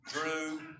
drew